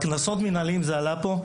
עניין הקנסות המנהליים עלו פה.